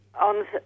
on